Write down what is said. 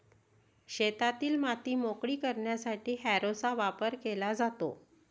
शेतातील माती मोकळी करण्यासाठी हॅरोचा वापर केला जातो